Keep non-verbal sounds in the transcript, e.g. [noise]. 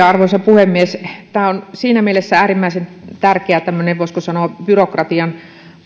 [unintelligible] arvoisa puhemies tämä on siinä mielessä äärimmäisen tärkeä tämmöinen voisiko sanoa byrokratian